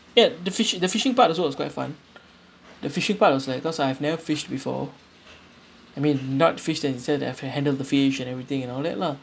that the fishi~ the fishing part also was quite fun the fishing part was like cause I've never fished before I mean not fished in sense I've to handle the fish and everything and all that lah